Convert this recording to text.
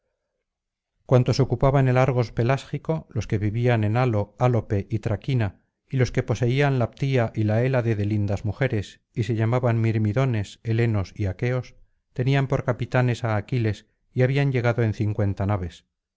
ocupaban el argos pelásgico los que vivían en alo álope y traquina y los que poseían la ptía y la hélade de lindas mujeres y se llamaban mirmidones helenos y aqueos tenían por capitán á aquiles y habían llegado en cincuenta naves